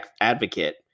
advocate